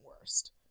worst